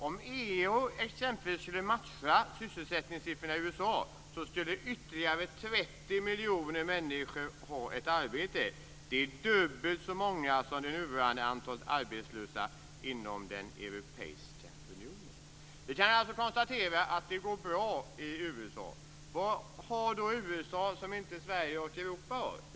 Om EU skulle matcha sysselsättningssiffrorna i USA skulle ytterligare 30 miljoner människor ha ett arbete där. Det är dubbelt så många som det nuvarande antalet arbetslösa inom den europeiska unionen. Vi kan alltså konstatera att det går bra i USA. Vad har då USA som inte Sverige och Europa har?